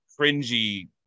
cringy